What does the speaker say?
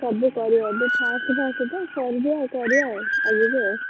ସବୁ ଚଳିବ ଅଯଥା ଆସିବ କରିବା ଆଗକୁ